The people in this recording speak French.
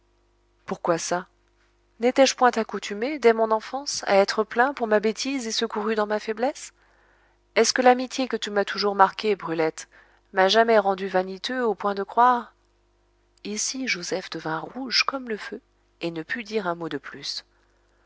pourquoi ça n'étais-je point accoutumé dès mon enfance à être plaint pour ma bêtise et secouru dans ma faiblesse est-ce que l'amitié que tu m'as toujours marquée brulette m'a jamais rendu vaniteux au point de croire ici joseph devint rouge comme le feu et ne put dire un mot de plus